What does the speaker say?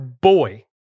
boy